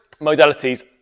modalities